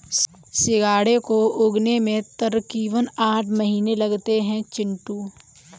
सिंघाड़े को उगने में तकरीबन आठ महीने लगते हैं चिंटू